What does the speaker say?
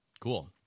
Cool